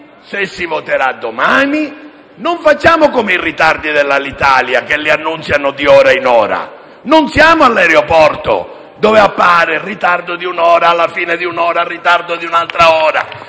se si voterà domani. Non facciamo come i ritardi dell'Alitalia, che vengono annunciati di ora in ora; non siamo all'aeroporto, dove appare il ritardo di un'ora e, alla fine di quell'ora, il ritardo di un'altra ora.